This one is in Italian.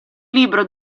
libro